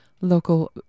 local